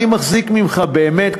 אני מחזיק ממך באמת,